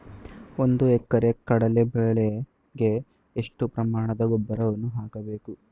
ಒಂದು ಎಕರೆ ಕಡಲೆ ಬೆಳೆಗೆ ಎಷ್ಟು ಪ್ರಮಾಣದ ಗೊಬ್ಬರವನ್ನು ಹಾಕಬೇಕು?